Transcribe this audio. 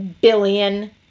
billion